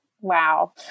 Wow